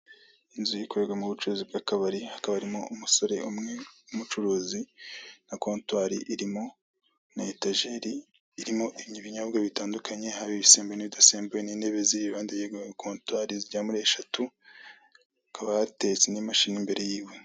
Inzu ikorerwamo ubucuruzi bw'akabari hakaba harimo umusore umwe w'umucuruzi na kontwari irimo na etejeri irimo ibinyobwa bitandukanye haba ibisembuye n'ibidasembuye n'intebe iri iruhande zigera muri eshatu, hakaba hateretse n'imashini imbere yiwe.